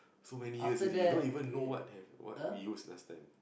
so many years already you don't even know what have what we use last time